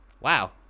wow